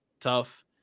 Tough